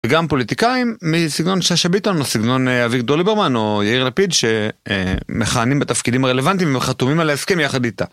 וגם פוליטיקאים מסגנון ששה ביטון או סגנון אביגדור ליברמן או יאיר לפיד שמכהנים בתפקידים הרלוונטיים והם חתומים על ההסכם יחד איתה.